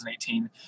2018